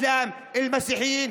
את המוסלמים,